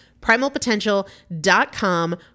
Primalpotential.com